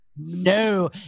no